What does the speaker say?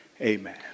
amen